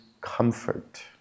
comfort